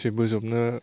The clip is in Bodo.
जे बोजबनो